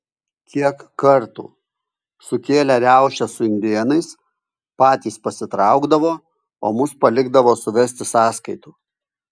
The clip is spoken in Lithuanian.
kiek kartų sukėlę riaušes su indėnais patys pasitraukdavo o mus palikdavo suvesti sąskaitų